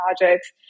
projects